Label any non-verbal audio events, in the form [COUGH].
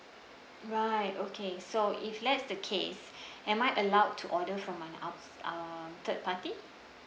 right okay so if that's the case [BREATH] am I allowed to order from an out um third party